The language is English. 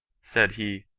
said he,